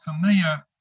familiar